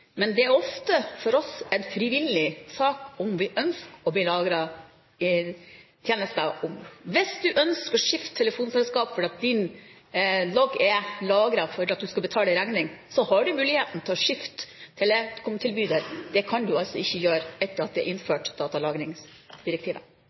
Men det er ofte for oss en frivillig sak om vi ønsker at det blir lagret tjenester om oss. Hvis du, når du skal betale en regning, ønsker å skifte telefonselskap fordi din logg er lagret, så har du muligheten til å skifte ekomtilbyder. Det kan du ikke gjøre etter at datalagringsdirektivet er